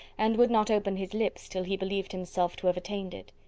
and would not open his lips till he believed himself to have attained it.